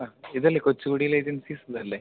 ആ ഇത് അല്ലെ കൊച്ചുകുടിയിൽ ഏജൻസീസ് ഇത് അല്ലെ